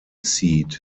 seat